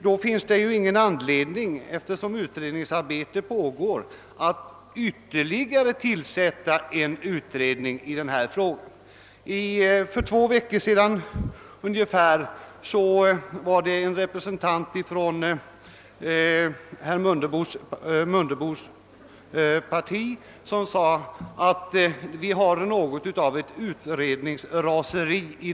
Det finns då ingen anledning, eftersom utredningsarbete pågår, att ytterligare tillsätta en utredning i ärendet. För ungefär två veckor sedan sade en representant för herr Mundebos parti, att vi här i landet har något av ett utredningsraseri.